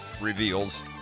reveals